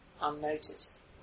unnoticed